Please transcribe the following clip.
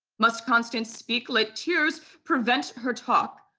must constance speak? let tears prevent her talk.